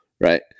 right